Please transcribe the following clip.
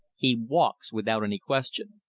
he walks without any question.